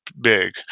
big